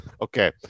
Okay